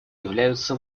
являются